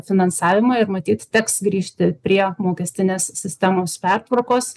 finansavimą ir matyt teks grįžti prie mokestinės sistemos pertvarkos